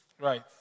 Right